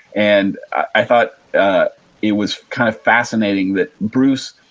and i thought it was kind of fascinating that bruce,